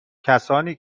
کسانی